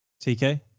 TK